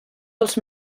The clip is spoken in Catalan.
dels